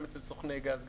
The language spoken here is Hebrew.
גם אצל סוכני גז,